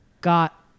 got